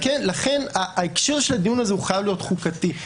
לכן ההקשר של הדיון הזה חייב להיות חוקתי.